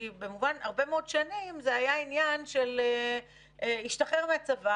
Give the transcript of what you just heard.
הרבה מאוד שנים זה היה עניין של ישתחרר מהצבא,